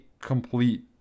complete